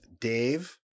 Dave